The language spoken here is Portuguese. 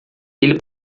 ele